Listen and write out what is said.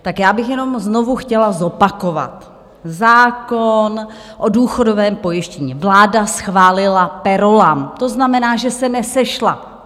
Tak já bych jenom znovu chtěla zopakovat: Zákon o důchodovém pojištění vláda schválila per rollam, to znamená, že se nesešla.